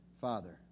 Father